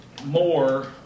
More